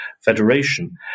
Federation